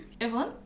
Evelyn